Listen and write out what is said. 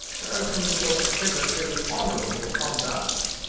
persons of hitherto honourable conduct,